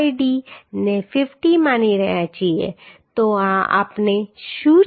5d ને 50 માની રહ્યા છીએ તો આ આપણે શું છે